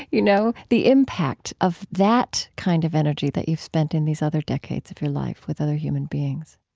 you know the impact of that kind of energy that you've spent in these other decades of your life with other human beings?